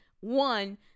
One